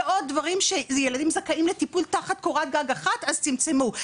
ועוד דברים שילדים זכאים לטיפול תחת קורת גג אחת אז צמצמו.